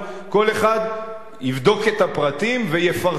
כל אחד יבדוק את הפרטים ויפרסם.